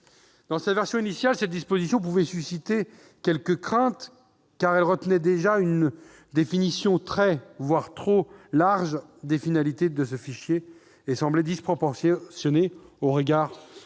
Dans sa version initiale, cette disposition pouvait susciter quelques craintes, car elle retenait une définition très large, voire trop large, des finalités de ce fichier, et semblait disproportionnée au regard de